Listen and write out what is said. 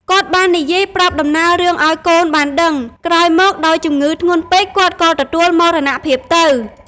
គាត់បាននិយាយប្រាប់ដំណើររឿងឱ្យកូនបានដឹង ក្រោយមកដោយជំងឺធ្ងន់ពេក គាត់ក៏ទទួលមរណភាពទៅ។